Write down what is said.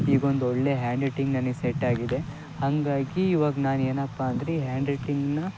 ಈಗೊಂದು ಒಳ್ಳೆಯ ಹ್ಯಾಂಡ್ರೈಟಿಂಗ್ ನನಗೆ ಸೆಟ್ಟಾಗಿದೆ ಹಾಗಾಗಿ ಇವಾಗ ನಾನು ಏನಪ್ಪ ಅಂದರೆ ಈ ಹ್ಯಾಂಡ್ರೈಟಿಂಗನ್ನ